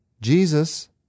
Jesus